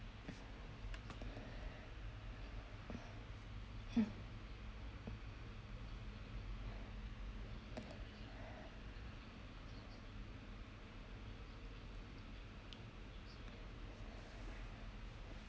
mm